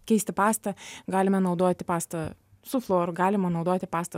keisti pastą galime naudoti pastą su fluoru galima naudoti pastą